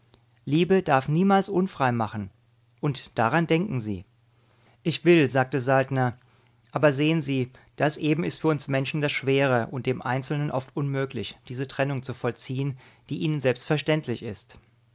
liebe darf niemals unfrei machen und daran denken sie ich will sagte saltner aber sehen sie das eben ist für uns menschen das schwere und dem einzelnen oft unmöglich diese trennung zu vollziehen die ihnen selbstverständlich ist